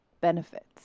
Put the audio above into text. benefits